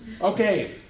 Okay